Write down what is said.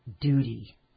duty